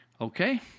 okay